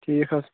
ٹھیٖک حظ